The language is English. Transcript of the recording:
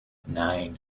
nine